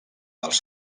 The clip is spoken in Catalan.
als